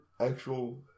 actual